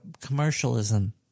commercialism